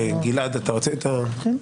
בבקשה.